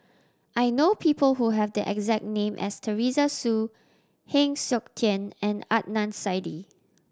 I know people who have the exact name as Teresa Hsu Heng Siok Tian and Adnan Saidi